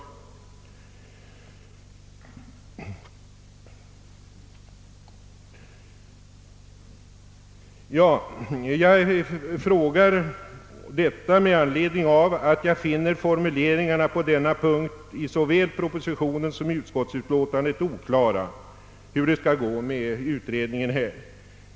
Jag frågar detta med anledning av att jag finner formuleringarna i såväl propositionen som utskottsutlåtandet om hur det skall gå med utredningen oklara.